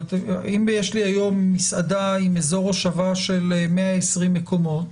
אם יש לי היום מסעדה עם אזור הושבה של 120 מקומות,